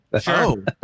Sure